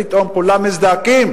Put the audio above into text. פתאום כולם מזדעקים,